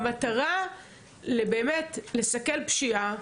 המטרה היא באמת לסכל פשיעה,